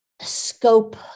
scope